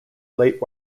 late